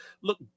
Look